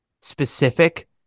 specific